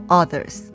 others